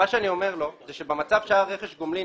מה שאני אומר לו זה שבמצב שהיה רכש גומלין,